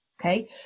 okay